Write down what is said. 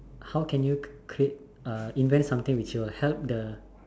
how can you cr~ create uh invent something which will help the